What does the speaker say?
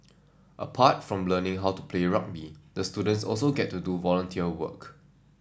apart from learning how to play rugby the students also get to do volunteer work